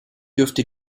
dürfte